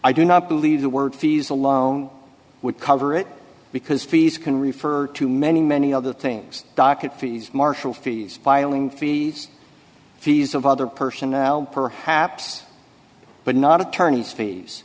i do not believe the word fees alone would cover it because fees can refer to many many other things docket fees marshall fees filing fees fees of other personnel perhaps but not attorneys f